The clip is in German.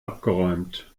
abgeräumt